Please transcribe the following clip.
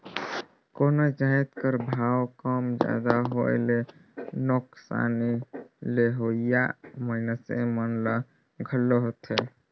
कोनो जाएत कर भाव कम जादा होए ले नोसकानी लेहोइया मइनसे मन ल घलो होएथे